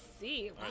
see